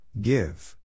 Give